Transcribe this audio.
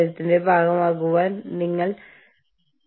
പരിധികൾ സജ്ജമാക്കി ഒഴിവാക്കലുകൾ അംഗീകരിക്കുക